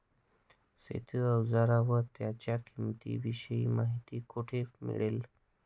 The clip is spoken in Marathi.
शेती औजारे व त्यांच्या किंमतीविषयी माहिती कोठे मिळेल?